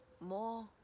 more